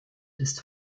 ist